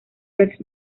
rex